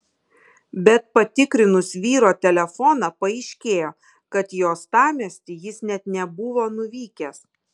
bet patikrinus vyro telefoną paaiškėjo kad į uostamiestį jis net nebuvo nuvykęs